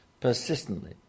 persistently